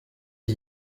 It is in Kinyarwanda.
iki